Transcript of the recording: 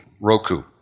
Roku